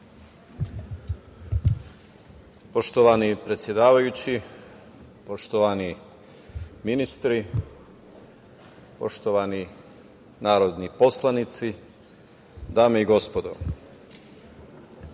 Poštovani predsedavajući, poštovani ministri, poštovani narodni poslanici, dame i gospodo,